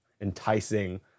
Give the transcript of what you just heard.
enticing